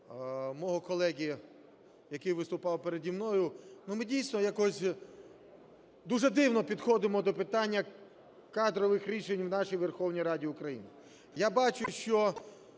мого колеги, який виступав переді мною. Ну, ми, дійсно, якось дуже дивно підходимо до питання кадрових рішень в нашій Верховній Раді України.